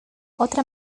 otra